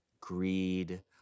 greed